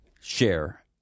share